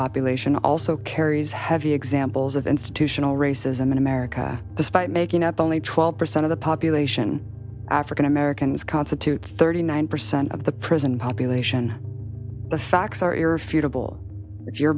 population also carries heavy examples of institutional racism in america despite making up only twelve percent of the population african americans constitute thirty nine percent of the prison population the facts are irrefutable if you're